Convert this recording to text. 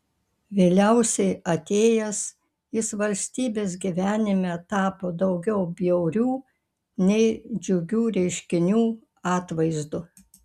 vėliausiai atėjęs jis valstybės gyvenime tapo daugiau bjaurių nei džiugių reiškinių atvaizdu